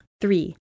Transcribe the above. Three